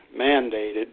mandated